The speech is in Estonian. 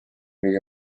kõige